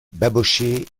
babochet